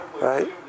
Right